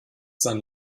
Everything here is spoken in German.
sein